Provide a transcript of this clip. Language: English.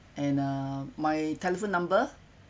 and uh my telephone number